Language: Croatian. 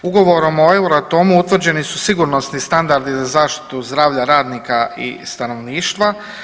Ugovorom o Euroatomu utvrđeni su sigurnosni standardi za zaštitu zdravlja radnika i stanovništva.